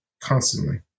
constantly